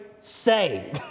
say